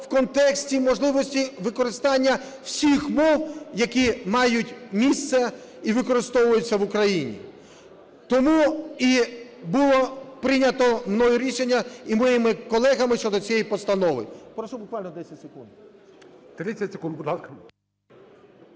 в контексті можливості використання всіх мов, які мають місце і використовуються в Україні. Тому і було прийнято мною рішення і моїми колегами щодо цієї постанови. Прошу буквально 10 секунд. ГОЛОВУЮЧИЙ. 30 секунд, будь ласка.